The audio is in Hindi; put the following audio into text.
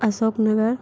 अशोक नगर